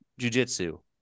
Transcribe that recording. jujitsu